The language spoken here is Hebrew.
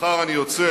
מחר אני יוצא